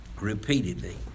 repeatedly